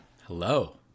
Hello